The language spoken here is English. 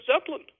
zeppelin